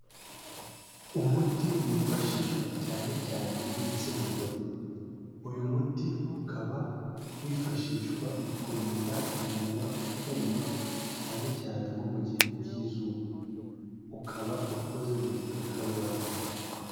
Umuti wifashishwa cyane cyane n'igitsina gore uyu muti ukaba wifashishwa mu kurinda iminwa kuma cyane cyane nko mu gihe cy'izuba ukaba ukoze mu gikakarubamba.